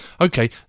Okay